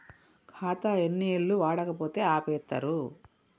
ఖాతా ఎన్ని ఏళ్లు వాడకపోతే ఆపేత్తరు?